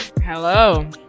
Hello